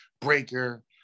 Breaker